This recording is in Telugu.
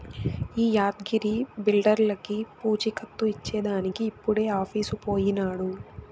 ఈ యాద్గగిరి బిల్డర్లకీ పూచీకత్తు ఇచ్చేదానికి ఇప్పుడే ఆఫీసుకు పోయినాడు